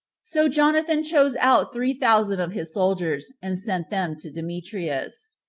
so jonathan chose out three thousand of his soldiers, and sent them to demetrius.